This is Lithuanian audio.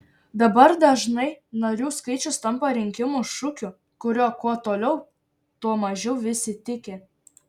dabar dažnai narių skaičius tampa rinkimų šūkiu kuriuo kuo toliau tuo mažiau visi tiki